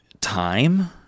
time